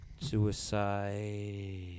Suicide